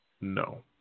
No